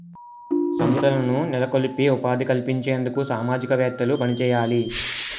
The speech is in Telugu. సంస్థలను నెలకొల్పి ఉపాధి కల్పించేందుకు సామాజికవేత్తలు పనిచేయాలి